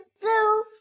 blue